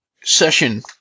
session